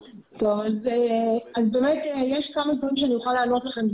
טוב, אז באמת יש כמה דברים שאני אוכל לענות לכם.